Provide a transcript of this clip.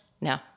No